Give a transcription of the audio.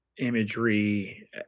imagery